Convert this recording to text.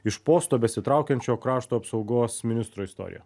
iš posto besitraukiančio krašto apsaugos ministro istorija